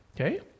Okay